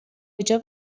کجا